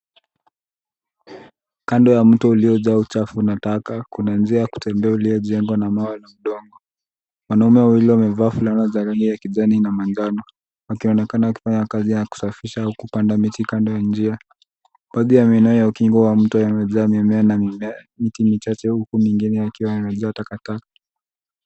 Kando ya mto uliojaa uchafu na taka ,kuna njia ya kutembea uliojengwa na mawe ya udongo. Wanaume wawili wamevaa fulana za rangi ya kijani na manjano wakionekana wakifanya kazi ya kusafirisha au kupanda mti kando ya njia. Baadhi ya maeneo ya ukingo wa mto yamejaa mimea, miti michache huku mingine yakiwa yamejaa takataka.